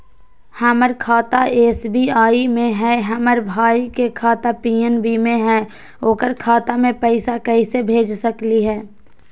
हमर खाता एस.बी.आई में हई, हमर भाई के खाता पी.एन.बी में हई, ओकर खाता में पैसा कैसे भेज सकली हई?